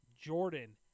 Jordan